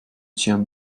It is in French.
tiens